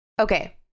Okay